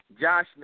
Josh